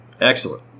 Excellent